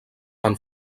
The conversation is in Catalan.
van